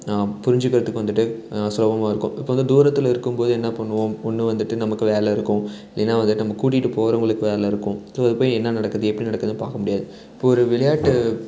புரிஞ்சுக்கிறத்துக்கு வந்துட்டு சுலபமாக இருக்கும் இப்போ வந்து தூரத்தில் இருக்கும்போது என்ன பண்ணுவோம் ஒன்று வந்துட்டு நமக்கு வேலை இருக்கும் இல்லைன்னா வந்துட்டு நம்ம கூட்டிகிட்டு போகிறவங்களுக்கு வேலை இருக்கும் ஸோ அது போய் என்ன நடக்குது எப்படி நடக்குதுன்னு பார்க்க முடியாது இப்போ ஒரு விளையாட்டு